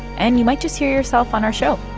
and you might just hear yourself on our show.